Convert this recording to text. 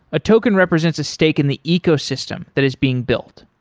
a token represents a stake in the ecosystem that is being built.